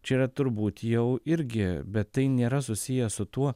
čia yra turbūt jau irgi bet tai nėra susiję su tuo